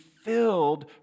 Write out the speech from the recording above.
filled